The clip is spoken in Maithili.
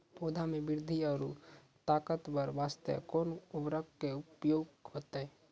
पौधा मे बृद्धि और ताकतवर बास्ते कोन उर्वरक के उपयोग होतै?